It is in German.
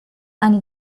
eine